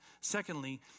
Secondly